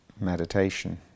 meditation